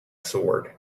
sword